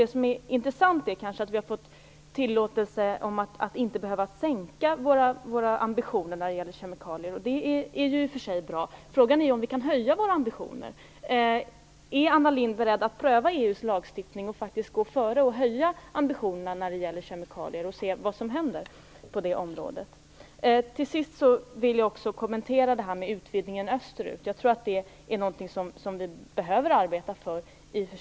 Men intressant är kanske att vi har fått tillåtelse att inte behöva sänka våra ambitioner när det gäller kemikalier, vilket i och för sig är bra. Frågan är emellertid om vi kan höja våra ambitioner. Är Anna Lindh beredd att pröva EU:s lagstiftning och faktiskt gå före och höja ambitionerna när det gäller kemikalier för att se vad som händer på det området? Till sist en kommentar om utvidgningen österut. Jag tror att det är något som vi behöver arbeta för.